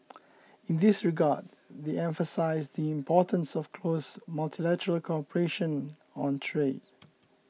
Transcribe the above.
in this regard they emphasised the importance of close multilateral cooperation on trade